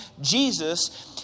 Jesus